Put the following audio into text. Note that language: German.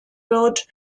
wird